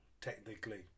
technically